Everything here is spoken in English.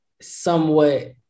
somewhat